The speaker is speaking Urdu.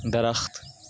درخت